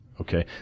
okay